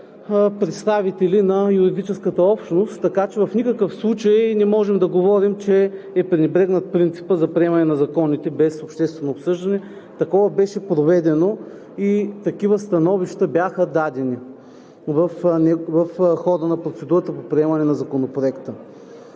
представители на юридическата общност, така че в никакъв случай не можем да говорим, че е пренебрегнат принципът за приемане на законите след обществено обсъждане. Такова беше проведено и такива становища бяха дадени в хода на процедурата по приемане на Законопроекта.